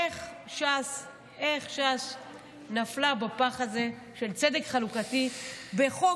איך ש"ס נפלה בפח הזה של צדק חלוקתי בחוק